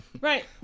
right